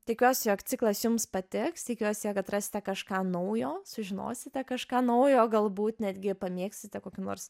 tikiuosi jog ciklas jums patiks tikiuosi jog atrasite kažką naujo sužinosite kažką naujo galbūt netgi pamėgsite kokį nors